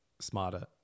smarter